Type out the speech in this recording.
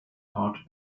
hart